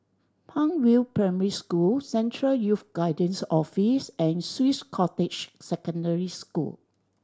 Palm View Primary School Central Youth Guidance Office and Swiss Cottage Secondary School